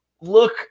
look